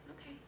Okay